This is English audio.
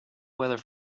weather